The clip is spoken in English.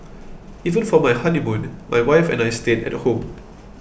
even for my honeymoon my wife and I stayed at home